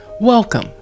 welcome